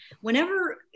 Whenever